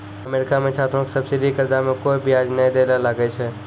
America मे छात्रो के सब्सिडी कर्जा मे कोय बियाज नै दै ले लागै छै